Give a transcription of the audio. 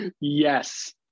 Yes